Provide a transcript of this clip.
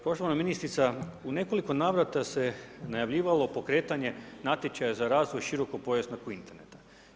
Poštovana ministrica u nekoliko navrata se najavljivalo pokretanje natječaja za razvoj širokopojasnog interneta.